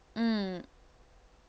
mm